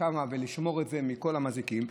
לשמור את זה מכל המזיקים.